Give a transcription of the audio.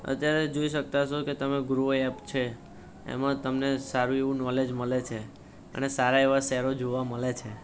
અત્યારે જોઈ શકતા હશો કે તમે ગ્રો એપ છે એમાં તમને સારું એવું નોલેજ મળે છે અને સારા એવા શેરો જોવા મળે છે